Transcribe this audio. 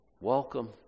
Welcome